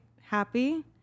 happy